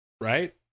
Right